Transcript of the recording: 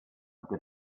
good